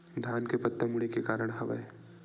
धान के पत्ता मुड़े के का कारण हवय?